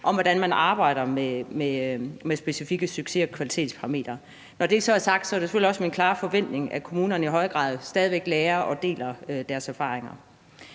hvordan man arbejder med specifikke succes- og kvalitetsparametre. Når det så er sagt, er det selvfølgelig også min klare forventning, at kommunerne i højere grad stadig væk lærer af og deler deres erfaringer.